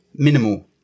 Minimal